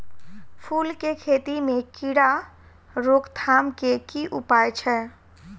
फूल केँ खेती मे कीड़ा रोकथाम केँ की उपाय छै?